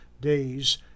days